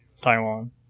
Taiwan